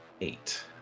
eight